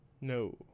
No